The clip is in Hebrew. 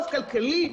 כלכלי.